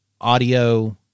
audio